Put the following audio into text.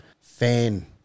fan